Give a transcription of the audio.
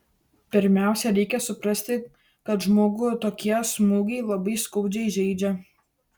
pirmiausia reikia suprasti kad žmogų tokie smūgiai labai skaudžiai žeidžia